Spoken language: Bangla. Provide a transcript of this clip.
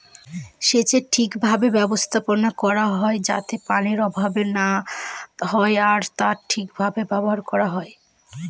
সেচের ঠিক ভাবে ব্যবস্থাপনা করা হয় যাতে পানির অভাব না হয় আর তা ঠিক ভাবে ব্যবহার করা হয়